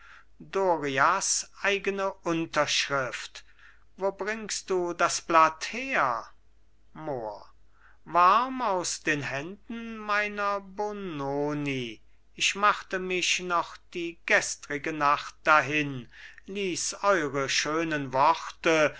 dorias eigene unterschrift wo bringst du das blatt her mohr warm aus den händen meiner bononi ich machte mich noch die gestrige nacht dahin ließ eure schönen worte